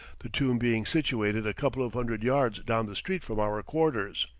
the tomb being situated a couple of hundred yards down the street from our quarters.